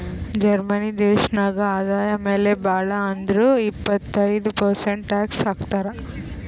Germany ದೇಶನಾಗ್ ಆದಾಯ ಮ್ಯಾಲ ಭಾಳ್ ಅಂದುರ್ ಇಪ್ಪತ್ತೈದ್ ಪರ್ಸೆಂಟ್ ಟ್ಯಾಕ್ಸ್ ಹಾಕ್ತರ್